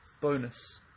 Bonus